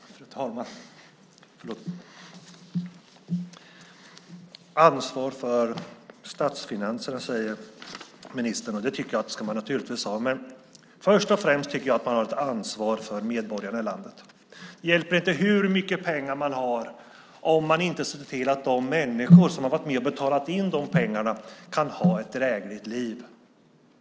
Fru talman! Ansvar för statsfinanserna, säger ministern att man har. Givetvis, men först och främst har man ett ansvar för medborgarna i landet. Det hjälper inte hur mycket pengar man har om man inte ser till att de människor som har varit med och betalat in de pengarna kan ha ett drägligt liv.